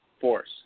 force